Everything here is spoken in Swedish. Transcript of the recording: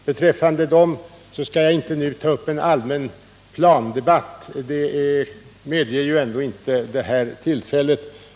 Beträffande de miljarderna skall jag nu inte ta upp en allmän plandebatt, det medger ändå inte detta tillfälle.